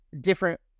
different